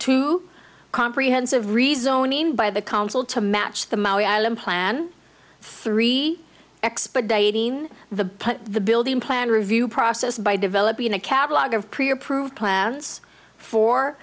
to comprehensive rezoning by the council to match the maori island plan three expediting the the building plan review process by developing a catalog of pre approved plans for